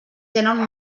tenen